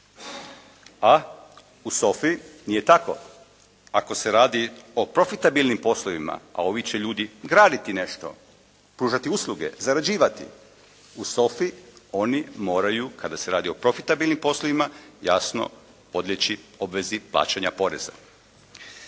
a u SOFA-i nije tako. Ako se radi o profitabilnim poslovima, a ovi će ljudi graditi nešto, pružati usluge, zarađivati, u SOFA-i oni moraju kada se radi o profitabilnim poslovima jasno podlijeći obvezi plaćanja poreza.